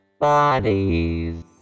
Bodies